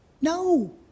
No